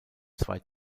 zwei